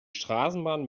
straßenbahn